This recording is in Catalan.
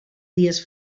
dies